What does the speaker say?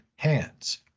Hands